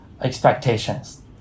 expectations